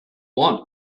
want